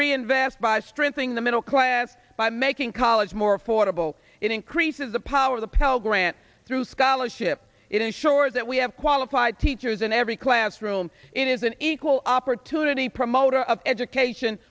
reinvest by strengthening the middle class by making college more affordable it increases the power of the pell grant through scholarship it ensures that we have qualified teachers in every classroom it is an equal opportunity promoter of education